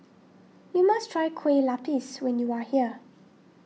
you must try Kueh Lapis when you are here